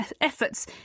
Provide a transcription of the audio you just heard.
efforts